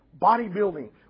bodybuilding